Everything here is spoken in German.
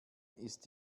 ist